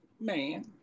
man